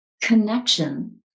connection